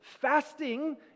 fasting